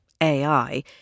AI